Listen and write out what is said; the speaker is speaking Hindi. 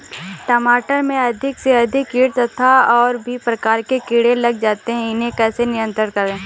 टमाटर में अधिक से अधिक कीट तथा और भी प्रकार के कीड़े लग जाते हैं इन्हें कैसे नियंत्रण करें?